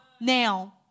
Now